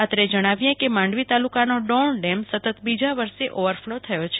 અત્રે જણાવીએ કે માંડવી તાલુકાના ડોણ સતત બીજા વર્ષે ઓવરફલો થયો હતો